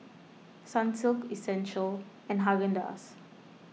Sunsilk Essential and Haagen Dazs